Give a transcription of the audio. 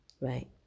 right